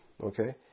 Okay